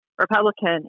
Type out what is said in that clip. Republican